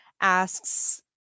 asks